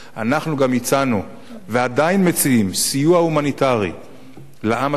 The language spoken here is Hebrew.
אנחנו גם הצענו ועדיין מציעים סיוע הומניטרי לעם הסורי,